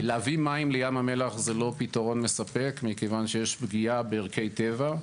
להביא מים לים המלח זה לא פתרון מספק מכיוון שיש פגיעה בערכי טבע,